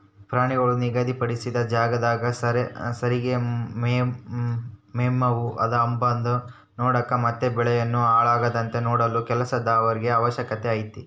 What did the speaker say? ಪ್ರಾಣಿಗಳು ನಿಗಧಿ ಪಡಿಸಿದ ಜಾಗದಾಗ ಸರಿಗೆ ಮೆಯ್ತವ ಅಂಬದ್ನ ನೋಡಕ ಮತ್ತೆ ಬೆಳೆಗಳನ್ನು ಹಾಳಾಗದಂತೆ ನೋಡಲು ಕೆಲಸದವರ ಅವಶ್ಯಕತೆ ಐತೆ